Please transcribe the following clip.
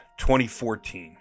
2014